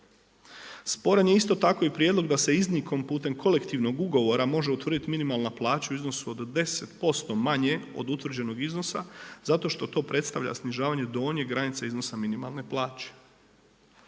Sporan je isto tako i prijedlog da se iznimkom putem kolektivnog ugovora može utvrditi minimalna plaća u iznosu od 10% manje od utvrđenog iznosa zato što to predstavlja snižavanje donje granice iznosa minimalne plaće.